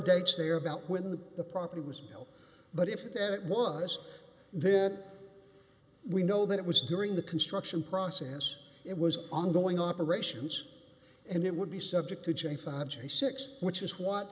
dates they are about when the the property was built but if that was then we know that it was during the construction process it was ongoing operations and it would be subject to j five j six which is what